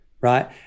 right